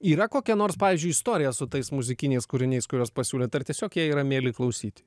yra kokia nors pavyzdžiui istorija su tais muzikiniais kūriniais kuriuos pasiūlėt ar tiesiog jie yra mieli klausyti